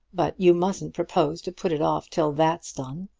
but you mustn't propose to put it off till that's done,